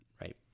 Right